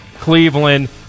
Cleveland